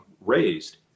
raised